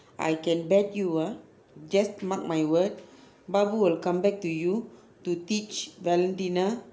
I can bet you ah just mark my word babu will come back to you to teach valentina